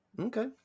Okay